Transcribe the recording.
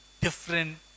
different